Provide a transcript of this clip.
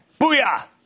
Booyah